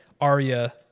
Arya